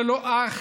ללא אח,